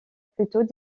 plutôt